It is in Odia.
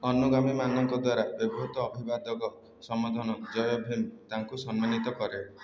ଅନୁଗାମୀ ମାନଙ୍କ ଦ୍ୱାରା ବ୍ୟବହୃତ ଅଭିବାଦକ ସମ୍ବୋଧନ ଜୟ ଭୀମ ତାଙ୍କୁ ସମ୍ମାନିତ କରେ